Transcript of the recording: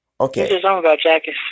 Okay